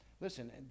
Listen